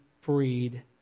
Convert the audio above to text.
freed